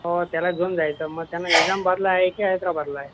हो त्याला घेऊन जायचं मग त्यांना निझामबादला आहे की हैदराबादला आहे